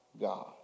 God